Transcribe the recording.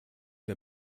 der